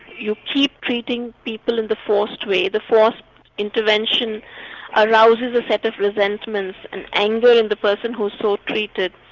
you keep treating people in the forced way, the forced intervention arouses a set of resentment and anger in the person who's so treated.